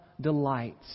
delights